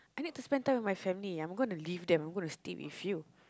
I need to spend time with my family I'm gonna leave them I'm gonna stay with you